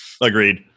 Agreed